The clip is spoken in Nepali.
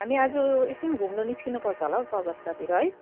हामी आज एकछिन घुम्नु निस्किनुपर्छ होला हौ चौरस्तातिर है